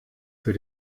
für